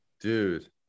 Dude